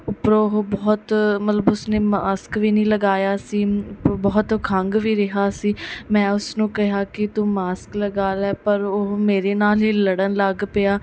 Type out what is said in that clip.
ਉੱਪਰੋਂ ਉਹ ਬਹੁਤ ਮਤਲਬ ਉਸਨੇ ਮਾਸਕ ਵੀ ਨਹੀਂ ਲਗਾਇਆ ਸੀ ਉੱਪਰੋਂ ਬਹੁਤ ਖੰਘ ਵੀ ਰਿਹਾ ਸੀ ਮੈਂ ਉਸਨੂੰ ਕਿਹਾ ਕਿ ਤੂੰ ਮਾਸਕ ਲਗਾ ਲੈ ਪਰ ਉਹ ਮੇਰੇ ਨਾਲ ਹੀ ਲੜਨ ਲੱਗ ਪਿਆ